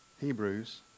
Hebrews